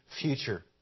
future